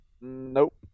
Nope